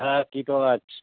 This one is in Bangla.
হ্যাঁ কিটো আছে